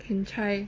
can try